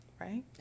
right